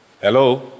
Hello